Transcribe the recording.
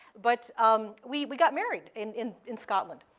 but um we got married in in scotland.